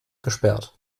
gesperrt